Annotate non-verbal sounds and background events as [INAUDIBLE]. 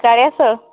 [UNINTELLIGIBLE]